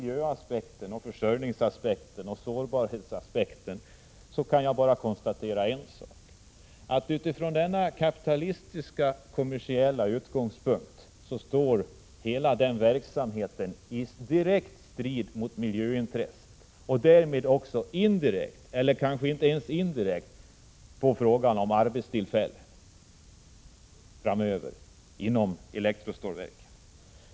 Jag kan då bara konstatera att hela den verksamheten med en sådan kapitalistisk, kommersiell utgångspunkt står i direkt strid med miljöintresset och därmed också indirekt — eller kanske inte ens indirekt — med intresset av arbetstillfällen framöver inom elektrostålverken.